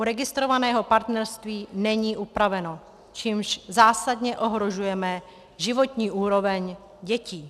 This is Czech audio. U registrovaného partnerství není upravené, čímž zásadně ohrožujeme životní úroveň dětí.